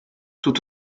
tout